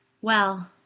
Well